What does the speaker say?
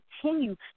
continue